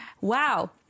Wow